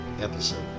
episode